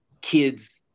kids